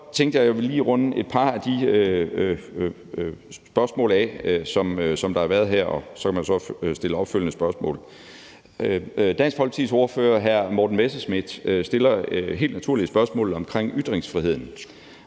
lige ville runde et par af de spørgsmål, der har været her, og så kan man stille opfølgende spørgsmål. Dansk Folkepartis ordfører, hr. Morten Messerschmidt, stiller helt naturligt et